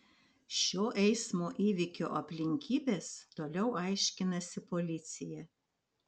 šio eismo įvykio aplinkybes toliau aiškinasi policija